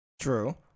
True